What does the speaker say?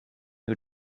who